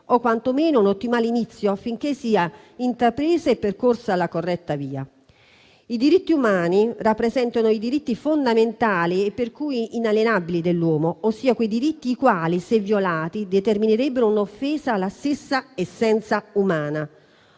o quantomeno vi è un ottimale inizio affinché sia intrapresa e percorsa la corretta via. I diritti umani rappresentano i diritti fondamentali e quindi inalienabili dell'uomo; ossia quei diritti i quali, se violati, determinerebbero un'offesa alla stessa essenza umana.